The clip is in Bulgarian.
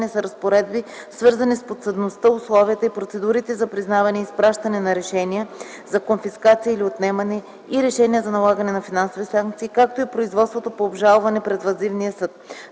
са разпоредби, свързани с подсъдността, условията и процедурите за признаване и изпращане на решения за конфискация или отнемане и решения за налагане на финансови санкции, както и производството по обжалване пред въззивния съд.